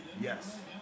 Yes